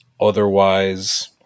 otherwise